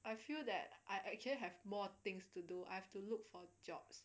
I feel that I actually have more things to do I have to look for jobs